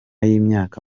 y’imyaka